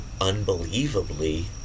unbelievably